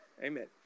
Amen